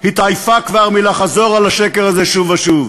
התעייפה כבר מלחזור על השקר הזה שוב ושוב,